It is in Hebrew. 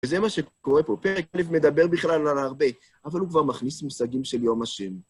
וזה מה שקורה פה. פרק ב' מדבר בכלל על הארבה, אבל הוא כבר מכניס מושגים של יום השם.